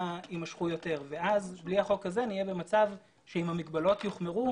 יימשכו יותר ואז בלי החוק הזה נהיה במצב שאם המגבלות יוחמרו,